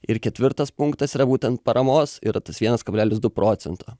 ir ketvirtas punktas yra būtent paramos yra tas vienas kablelis du procento